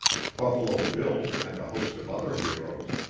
buffalo bill and a host of other heroes.